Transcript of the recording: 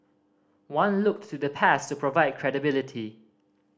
one looked to the past to provide credibility